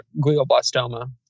glioblastoma